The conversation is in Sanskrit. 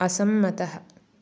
असम्मतः